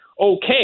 okay